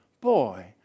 Boy